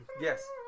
Yes